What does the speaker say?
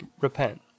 repent